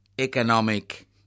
economic